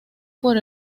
por